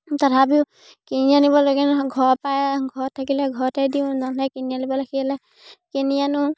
তথাপিও কিনি আনিবলগীয়া নহয় ঘৰ পাই ঘৰত থাকিলে ঘৰতে দিওঁ নহ'লে কিনি আনিব লাগিলে কিনি আনো